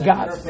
God